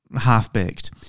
half-baked